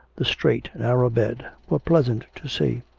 the straight, narrow bed, were pleasant to see.